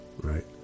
Right